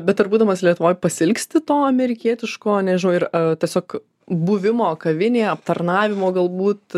bet ar būdamas lietuvoj pasiilgsti to amerikietiško nežinau ir tiesiog buvimo kavinėje aptarnavimo galbūt